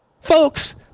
Folks